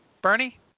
Bernie